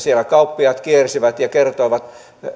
siellä kauppiaat kiersivät ja kertoivat